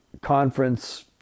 Conference